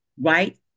Right